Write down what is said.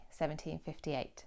1758